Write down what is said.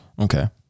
Okay